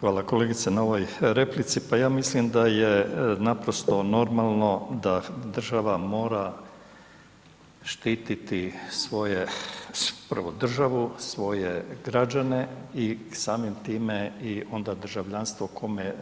Hvala kolegice na ovoj replici, pa ja mislim da je naprosto normalno da država mora štiti svoje, prvo državu, svoje građane i samim time i onda državljanstvo kome,